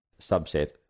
subset